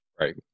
right